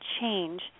change